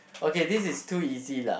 okay this is too easy lah